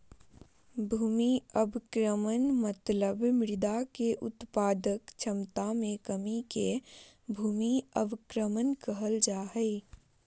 भूमि अवक्रमण मतलब मृदा के उत्पादक क्षमता मे कमी के भूमि अवक्रमण कहल जा हई